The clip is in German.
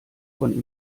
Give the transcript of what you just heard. von